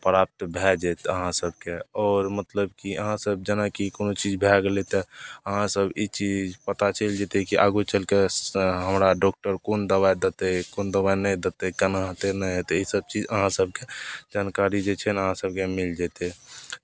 प्राप्त भए जायत अहाँसभकेँ आओर मतलब कि अहाँसभ जेनाकि कोनो चीज भए गेलै तऽ अहाँसभ ई चीज पता चलि जयतै कि आगू चलि कऽ स् हमरा डॉक्टर कोन दबाइ देतै कोन दबाइ नहि देतै केना हेतै नहि हेतै इसभ चीज अहाँ सभकेँ जानकारी जे छै ने अहाँसभकेँ मिल जयतै